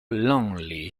lonely